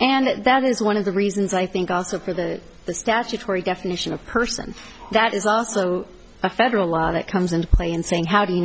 and that is one of the reasons i think also for the statutory definition of person that is also a federal law that comes into play in saying how do you